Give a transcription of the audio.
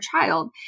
child